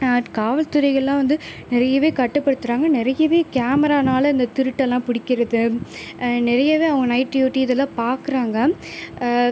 காவல்துறையெல்லாம் வந்து நிறையவே கட்டுப்படுத்துகிறாங்க நிறையவே கேமராவினால இந்த திருட்டு எல்லாம் பிடிக்கிறது நிறையவே அவங்க நைட் டியூட்டி இதெல்லாம் பார்க்குறாங்க